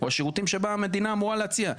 או השירותים שבהם המדינה אמורה להציע,